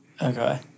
Okay